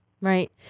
Right